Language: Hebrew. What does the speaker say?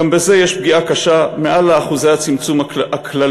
גם בזה יש פגיעה קשה, מעל לאחוזי הצמצום הכלליים.